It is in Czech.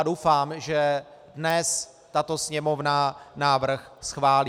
Doufám, že dnes tato Sněmovna návrh schválí.